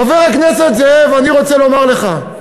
חבר הכנסת זאב, אני רוצה לומר לך: